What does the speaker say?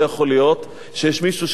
לא יכול להיות שיש מישהו,